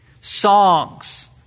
songs